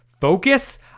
focus